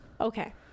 Okay